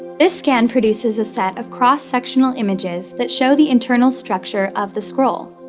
this scan produces a set of cross-sectional images that show the internal structure of the scroll.